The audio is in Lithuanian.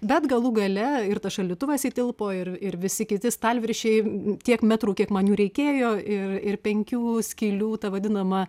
bet galų gale ir tas šaldytuvas įtilpo ir ir visi kiti stalviršiai tiek metrų kiek man reikėjo ir ir penkių skylių ta vadinama